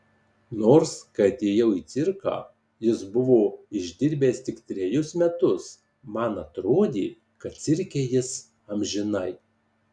nors kai atėjau į cirką jis buvo išdirbęs tik trejus metus man atrodė kad cirke jis amžinai